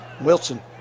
Wilson